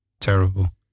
terrible